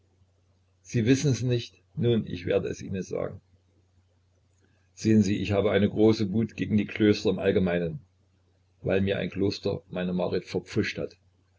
sie wissens nicht nun ich werd es ihnen sagen sehen sie ich habe eine große wut gegen die klöster im allgemeinen weil mir ein kloster meine marit verpfuscht hat